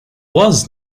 was